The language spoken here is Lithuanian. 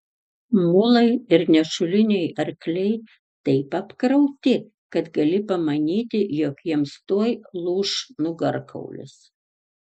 mulai ir nešuliniai arkliai taip apkrauti kad gali pamanyti jog jiems tuoj lūš nugarkaulis